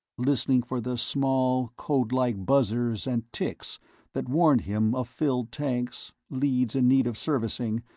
listening for the small codelike buzzers and ticks that warned him of filled tanks, leads in need of servicing,